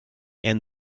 and